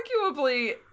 Arguably